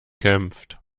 kämpft